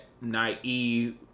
naive